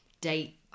date